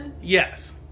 Yes